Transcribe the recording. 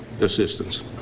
assistance